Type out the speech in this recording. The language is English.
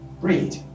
Read